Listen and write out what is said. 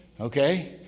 Okay